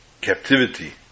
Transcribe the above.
captivity